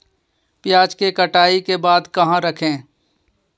प्याज के कटाई के बाद कहा रखें?